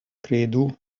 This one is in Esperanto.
kredu